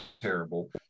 terrible